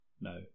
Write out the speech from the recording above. no